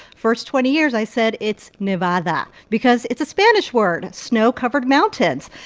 first twenty years, i said it's nevada because it's a spanish word snow-covered mountains.